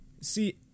See